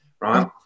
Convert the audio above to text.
Right